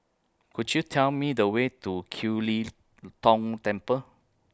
Could YOU Tell Me The Way to Kiew Lee Tong Temple